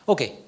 Okay